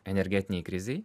energetinėj krizėj